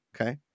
okay